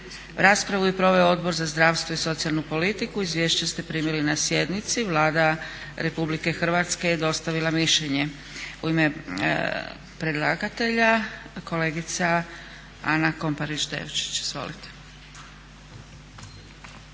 Raspravu je proveo Odbor za zdravstvo i socijalnu politiku. Izvješće ste primili na sjednici. Vlada RH je dostavila mišljenje. U ime predlagatelja kolegica Ana KOmparić Devčić. Izvolite.